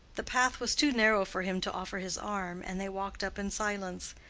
the path was too narrow for him to offer his arm, and they walked up in silence.